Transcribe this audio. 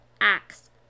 acts